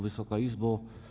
Wysoka Izbo!